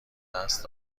دست